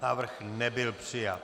Návrh nebyl přijat.